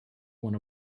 one